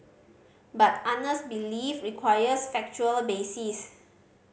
but honest belief requires factual basis